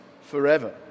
forever